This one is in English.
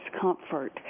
comfort